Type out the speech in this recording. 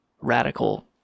radical